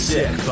Sick